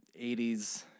80s